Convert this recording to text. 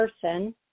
person